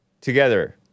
together